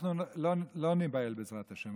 אנחנו לא ניבהל, בעזרת השם.